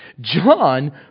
John